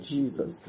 Jesus